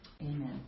Amen